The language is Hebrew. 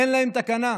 אין להם תקנה,